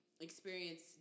Experience